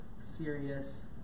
serious